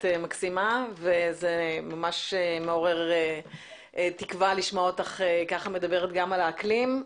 את מקסימה וזה ממש מעורר תקווה לשמוע אותך מדברת כך גם על האקלים.